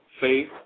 faith